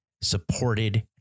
supported